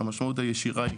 המשמעות הישירה היא